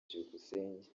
byukusenge